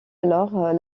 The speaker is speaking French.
alors